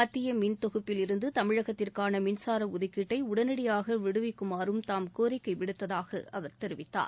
மத்தியமின் தொகுப்பில் இருந்துதமிழகத்திற்கானமின்சாரஒதுக்கீட்டைஉடனடியாகவிடுவிக்குமாறும் தாம் கோரிக்கைவிடுத்ததாகஅவர் தெரிவித்தார்